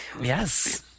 Yes